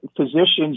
physicians